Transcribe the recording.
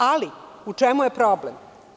Ali, u čemu je problem?